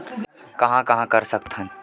कहां कहां कर सकथन?